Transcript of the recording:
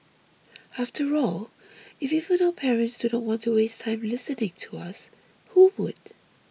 after all if even our parents do not want to waste time listening to us who would